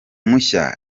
mushya